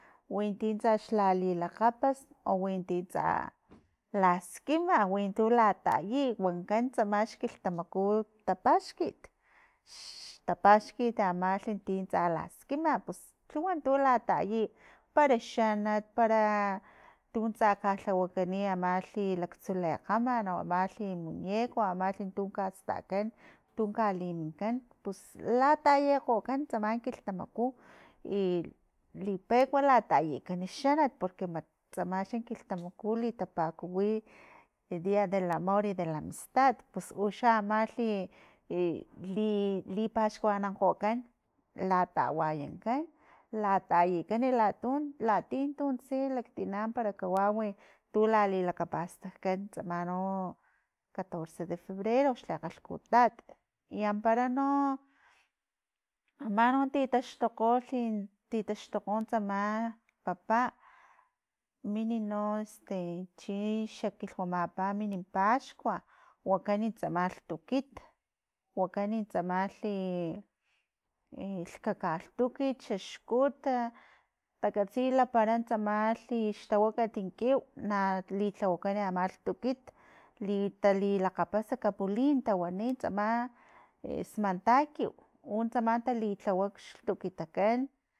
Winti tsa xlilakgapast o winti tsa laskima wintu latayi wankan tsama xkiltamaku tapaxkit xtapaxkit amalhin ti tsa laskima pus lhuwan tu latayi para xanat, para tuntsa kalhawakani amlhi xa laktsu lekgaman, o amalhi muñeco, o amalhi tu kastakan tun kaliminkan pus latayekgokan tsama kilhtamaku i lipeku latayikan xanat xanat porque ama xa kilhtamaku li tapakuwi el dia del amor i de la amistad pus uxa amalhi ili lipaxkuanankgokan la tawayankgokan latayikan latun latie tuntse laktina para kawawi tu lalilakapastakan tsama no catorce de febrero xle kgalhkutat, i amapara no mani titaxtukgoli titaxtukgol ama papa mini no este chixa kilhumapa mini paxkua wakani tsama lhtukit wakani tsamalhi e lhkaka lhtukit xaxkut takatsi lapara tsamalhi xtawakatin kiw na lilhawakan ama lhtukit li talilakgapas kapulin tawani tsama esmantakiw untsama tali lhawa xlhtukitakan.